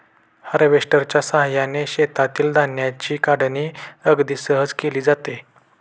हार्वेस्टरच्या साहाय्याने शेतातील धान्याची काढणी अगदी सहज केली जाते